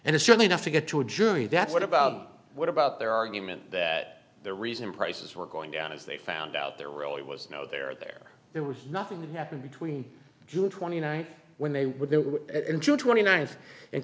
and it's certainly not to get to a jury that's what about what about their argument that the reason prices were going down is they found out there really was no there there was nothing that happened between june twenty ninth when they were in june twenty ninth and